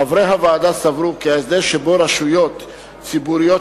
חברי הוועדה סברו כי ההסדר שבו רשויות ציבוריות